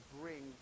bring